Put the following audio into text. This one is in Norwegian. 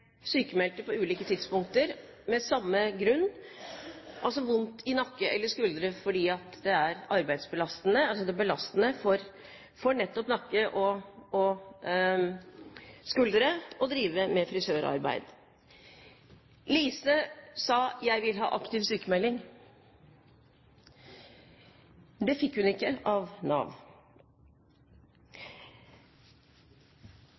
på ulike tidspunkter, av samme grunn, vondt i nakke eller skuldre, fordi det er belastende for nettopp nakke og skuldre å drive med frisørarbeid. Lise sa: Jeg vil ha aktiv sykmelding. Det fikk hun ikke av Nav.